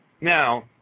Now